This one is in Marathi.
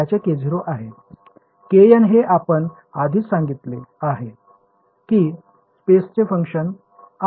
kn हे आपण आधीच सांगितले आहे की स्पेसचे फंक्शन आहे